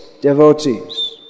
devotees